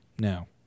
No